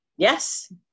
Yes